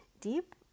deep